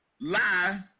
lie